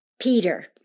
Peter